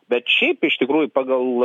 bet šiaip iš tikrųjų pagal